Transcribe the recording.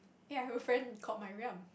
ya I have a friend called Mariam